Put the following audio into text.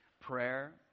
prayer